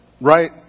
Right